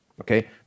Okay